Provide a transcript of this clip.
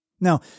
Now